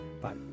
Bye